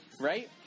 right